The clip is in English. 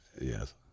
Yes